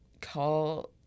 call